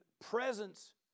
presence